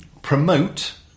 Promote